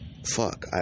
Fuck